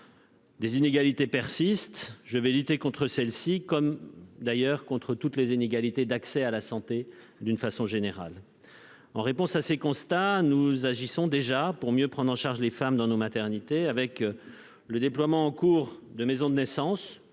Des inégalités persistent. Je vais lutter contre celles-ci, comme d'ailleurs, de façon générale, contre toutes les inégalités d'accès à la santé. En réponse à ces constats, nous agissons déjà pour mieux prendre en charge les femmes dans nos maternités, avec le déploiement en cours de maisons de naissance